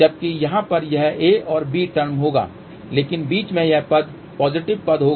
जबकि यहाँ पर यह a और b टर्म होगा लेकिन बीच में यह पद पॉजिटिव पद होगा